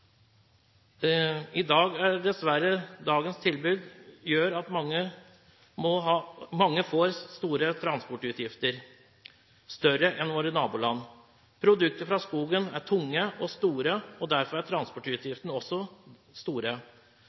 Dagens tilbud gjør dessverre at mange får store transportutgifter, større enn våre naboland. Produkter fra skogen er tunge og store, og derfor er transportutgiftene også store.